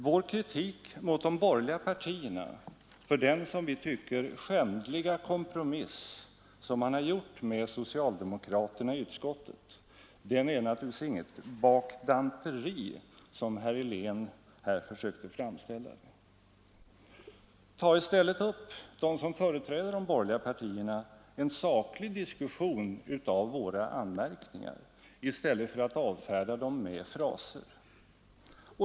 Vår kritik mot de borgerliga partierna för den, som vi tycker, skändliga kompromiss de gjort med socialdemokraterna i utskottet är naturligtvis inte något bakdanteri, som herr Helén här försökte framställa det. Ta i stället upp, ni som företräder de borgerliga partierna, en saklig diskussion av våra anmärkningar i stället för att avfärda dem med fraser.